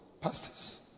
pastors